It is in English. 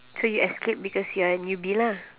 so you escaped because you are a newbie lah